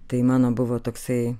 tai mano buvo toksai